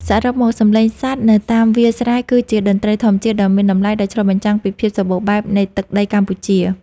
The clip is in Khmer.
សរុបមក សំឡេងសត្វនៅតាមវាលស្រែគឺជាតន្ត្រីធម្មជាតិដ៏មានតម្លៃ ដែលឆ្លុះបញ្ចាំងពីភាពសម្បូរបែបនៃទឹកដីកម្ពុជា។